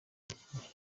umukinnyi